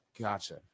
Gotcha